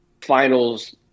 finals